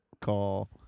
call